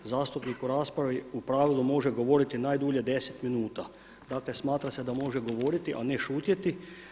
Zastupnik u raspravi u pravilu može govoriti najdulje 10 minuta, dakle smatra se da može govoriti, a ne šutjeti.